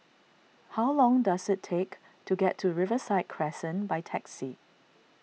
how long does it take to get to Riverside Crescent by taxi